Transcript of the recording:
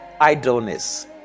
idleness